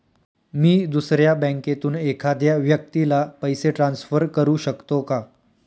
मी दुसऱ्या बँकेतून एखाद्या व्यक्ती ला पैसे ट्रान्सफर करु शकतो का?